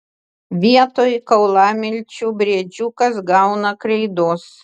vietoj kaulamilčių briedžiukas gauna kreidos